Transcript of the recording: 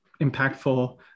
impactful